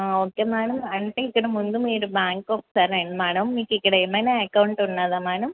okay madam అంటే ఇక్కడ ముందు మీరు బ్యాంక్కి ఒకసారి రండి మ్యాడమ్ మీకు ఇక్కడ ఏమైనా ఎకౌంట్ ఉన్నదా మ్యాడమ్